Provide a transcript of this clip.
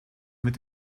mit